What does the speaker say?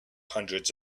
hundreds